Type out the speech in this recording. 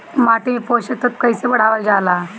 माटी में पोषक तत्व कईसे बढ़ावल जाला ह?